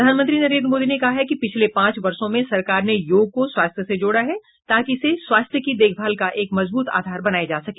प्रधानमंत्री नरेन्द्र मोदी ने कहा है कि पिछले पांच वर्षों में सरकार ने योग को स्वास्थ्य से जोड़ा है ताकि इसे स्वास्थ्य की देखभाल का एक मजबूत आधार बनाया जा सके